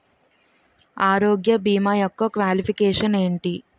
ఆరోగ్య భీమా యెక్క క్వాలిఫికేషన్ ఎంటి?